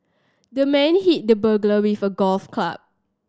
the man hit the burglar with a golf club